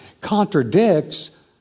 contradicts